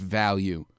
value